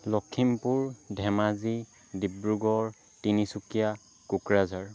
Lakhimpur Dhemaji Dibrugarh Tinsukia Kokrajhar